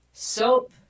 soap